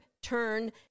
turn